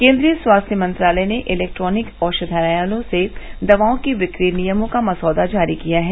केन्द्रीय स्वास्थ्य मंत्रालय ने इलेक्ट्रॉनिक औशधालयों से दवाओं के बिक्री नियमों का मसौदा जारी किया है